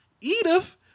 Edith